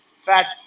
fat